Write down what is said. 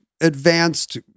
advanced